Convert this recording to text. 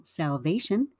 salvation